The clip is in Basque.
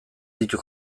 ditu